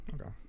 okay